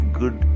good